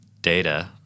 data